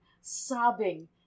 sobbing